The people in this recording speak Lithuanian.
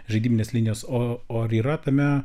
žaidybinės linijos o o ar yra tame